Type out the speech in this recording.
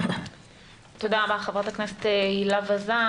תודה רבה, חברת הכנסת הילה וזאן.